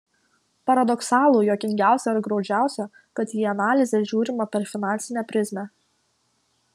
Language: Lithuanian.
paradoksalu juokingiausia ar graudžiausia kad į analizę žiūrima per finansinę prizmę